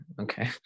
okay